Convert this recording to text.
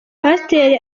pasiteri